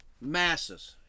masses